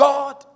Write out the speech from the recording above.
God